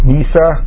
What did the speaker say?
Nisa